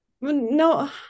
No